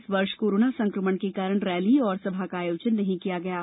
इस वर्ष कोरोना संक्रमण के कारण रैली एवं सभा का आयोजन नही किया गया है